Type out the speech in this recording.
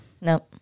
Nope